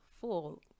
full